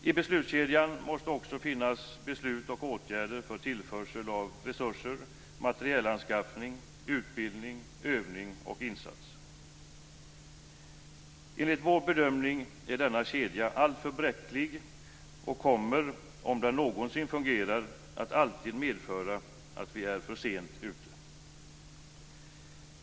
I beslutskedjan måste också finnas beslut och åtgärder för tillförsel av resurser, materielanskaffning, utbildning, övning och insats. Enligt vår bedömning är denna kedja alltför bräcklig och kommer, om den någonsin fungerar, alltid att medföra att vi är för sent ute.